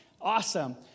Awesome